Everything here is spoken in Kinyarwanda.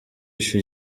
ico